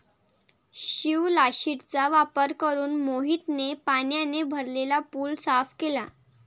शिवलाशिरचा वापर करून मोहितने पाण्याने भरलेला पूल साफ केला